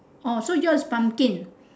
orh so yours is pumpkin